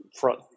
front